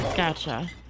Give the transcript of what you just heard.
gotcha